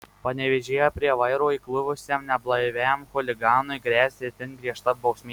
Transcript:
panevėžyje prie vairo įkliuvusiam neblaiviam chuliganui gresia itin griežta bausmė